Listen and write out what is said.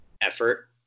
effort